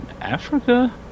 Africa